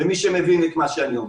למי שמבין את מה שאני אומר.